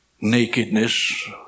Nakedness